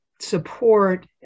support